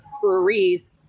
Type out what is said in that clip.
breweries